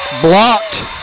blocked